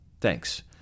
Thanks